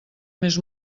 més